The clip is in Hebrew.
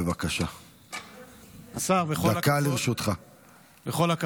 בבקשה, דקה לרשותך.